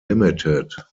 limited